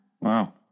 Wow